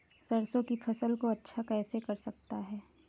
सरसो की फसल को अच्छा कैसे कर सकता हूँ?